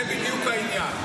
זה בדיוק העניין.